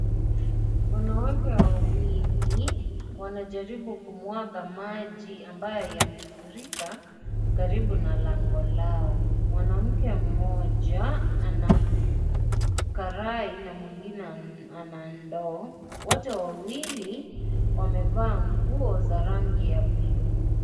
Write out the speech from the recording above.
Wanawake wawili wanajaribu kumwaga maji ambayo yamefurika karibu na lango lao. Mwanamke mmoja ana karai na mwingine ana ndoo, wote wawili wamevaa nguo za rangi ya buluu.